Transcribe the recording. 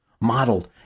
modeled